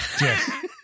yes